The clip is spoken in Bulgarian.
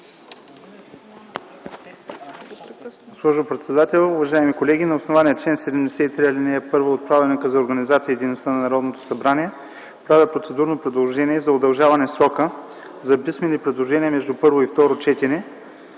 Госпожо председател, уважаеми колеги! На основание чл. 73, ал. 1 от Правилника за организацията и дейността на Народното събрание правя процедурно предложение за удължаване срока за писмени предложения между първо и второ четене